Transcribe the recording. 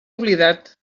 oblidat